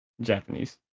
Japanese